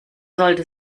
sollte